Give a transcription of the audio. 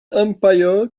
umpire